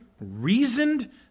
reasoned